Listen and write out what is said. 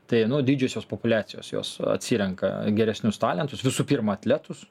tai nu didžiosios populiacijos jos atsirenka geresnius talentus visų pirma atletus